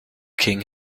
king